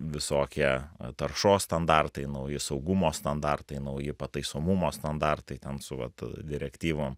visokie taršos standartai nauji saugumo standartai nauji pataisomumo standartai ten su vat direktyvom